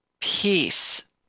peace